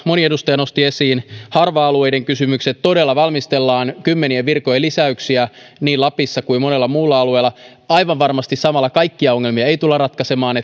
moni edustaja nosti esiin harva alueiden kysymykset todella valmistellaan kymmenien virkojen lisäyksiä niin lapissa kuin monella muulla alueella aivan varmasti samalla kaikkia ongelmia ei tulla ratkaisemaan